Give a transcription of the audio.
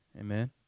Amen